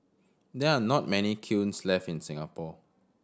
there are not many kilns left in Singapore